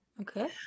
Okay